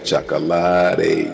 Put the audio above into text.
Chocolate